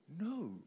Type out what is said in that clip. No